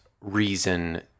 reason